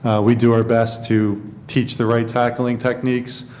we do our best to teach the right tackling techniques.